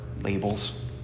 labels